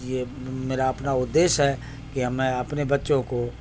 یہ میرا اپنا ادیش ہے کہ ہمیں اپنے بچوں کو